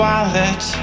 Wallet